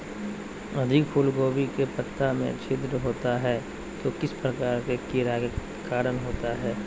यदि फूलगोभी के पत्ता में छिद्र होता है तो किस प्रकार के कीड़ा के कारण होता है?